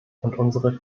unsere